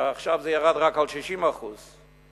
שעכשיו ירד ל-60% בלבד,